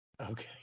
Okay